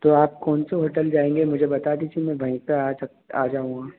तो आप कौन से होटल जाएंगे मुझे बता दीजिए मैं वहीं पर आ सक आ जाऊंगा